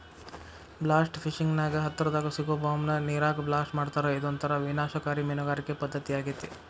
blast fishing ನ್ಯಾಗ ಹತ್ತರದಾಗ ಸಿಗೋ ಬಾಂಬ್ ನ ನೇರಾಗ ಬ್ಲಾಸ್ಟ್ ಮಾಡ್ತಾರಾ ಇದೊಂತರ ವಿನಾಶಕಾರಿ ಮೇನಗಾರಿಕೆ ಪದ್ದತಿಯಾಗೇತಿ